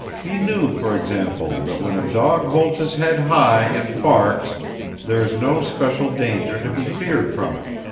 he knew, for example, that when a dog holds his head high and barks there is no special danger to be feared from him.